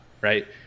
right